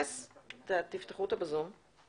אנחנו עובדים בשיתוף פעולה צמוד עם